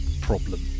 problem